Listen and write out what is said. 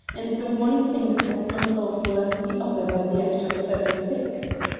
and the one thing's as unlawful as the other by the act of thirty-six.